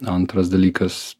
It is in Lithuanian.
antras dalykas